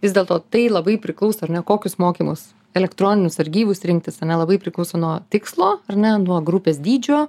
vis dėlto tai labai priklauso ar ne kokius mokymus elektroninius ar gyvus rinktis ane labai priklauso nuo tikslo ar ne nuo grupės dydžio